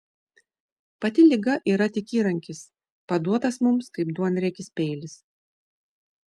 pati liga yra tik įrankis paduotas mums kaip duonriekis peilis